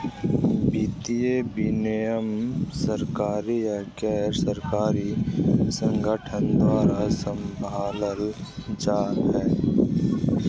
वित्तीय विनियमन सरकारी या गैर सरकारी संगठन द्वारा सम्भालल जा हय